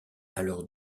alors